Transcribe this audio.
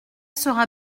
sera